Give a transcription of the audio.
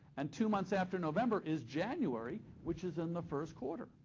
and two months after november is january, which is in the first quarter.